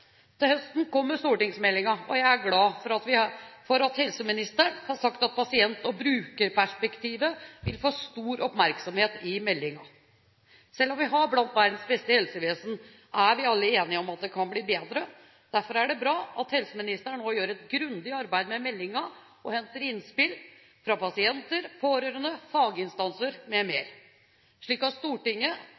Til høsten kommer stortingsmeldingen, og jeg er glad for at helseministeren har sagt at pasient- og brukerperspektivet vil få stor oppmerksomhet i meldingen. Selv om vi har blant verdens beste helsevesen, er vi alle enige om at det kan bli bedre. Derfor er det bra at helseministeren nå gjør et grundig arbeid med meldingen og henter innspill fra pasienter, pårørende, faginstanser m.m., slik at Stortinget